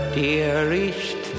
dearest